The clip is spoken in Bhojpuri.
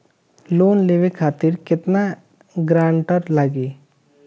लोन लेवे खातिर केतना ग्रानटर लागी?